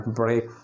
break